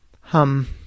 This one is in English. Hum